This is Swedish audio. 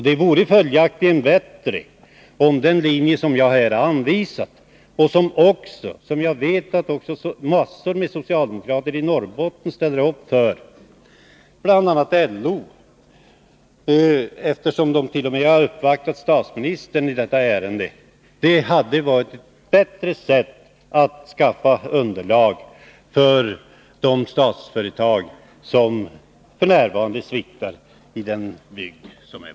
Det vore följaktligen bättre att gå på den linje som jag här har anvisat och som jag vet att också massor av socialdemokrater i Norrbotten ställer upp för, bl.a. LO, som t.o.m. har uppvaktat statsministern i detta ärende. Det hade varit ett bättre sätt att skaffa underlag för de statsföretag som f.n. sviktar i den bygd som är vår.